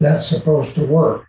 that's supposed to work